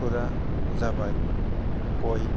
फोरा जाबाय गय